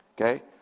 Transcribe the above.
Okay